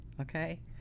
okay